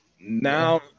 Now